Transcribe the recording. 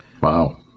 Wow